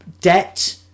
debt